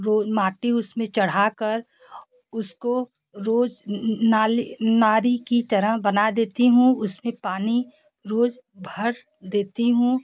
रोज़ माटी उस में चढ़ा कर उसको रोज़ नाली नारी की तरह बना देती हूँ उस में पानी रोज़ भर देती हूँ